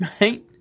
Right